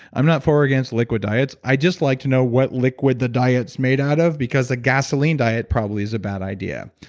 i'm not for or against liquid diets, i just like to know what liquid the diet's made out of because the gasoline diet probably is a bad idea.